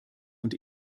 und